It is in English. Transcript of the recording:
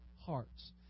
hearts